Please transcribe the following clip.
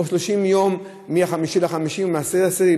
או 30 יום מ-5 ל-5 או מ-10 ל-10?